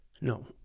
no